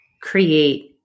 create